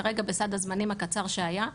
כרגע בסד הזמנים הקצר שהיה,